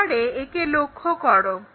এবারে একে লক্ষ্য করো